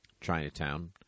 Chinatown